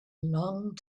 long